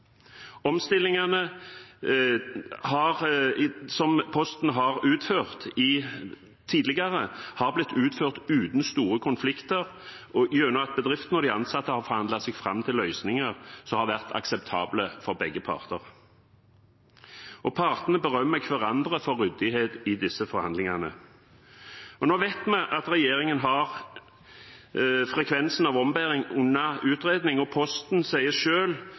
Omstillingene som Posten har utført tidligere, har blitt utført uten store konflikter gjennom at bedriftene og de ansatte har forhandlet seg fram til løsninger som har vært akseptable for begge parter, og partene berømmer hverandre for ryddighet i disse forhandlingene. Nå vet vi at regjeringen har frekvensen på ombæring under utredning, og fagforeningen sier